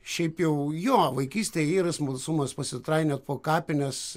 šiaip jau jo vaikystėj yra smalsumas pasitrainiot po kapines